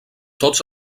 tots